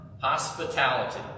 Hospitality